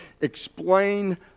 explain